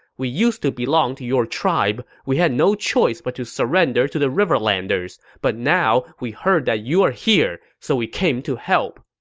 we used to belong to your tribe. we had no choice but to surrender to the riverlanders, but when we heard that you're here, so we came to help.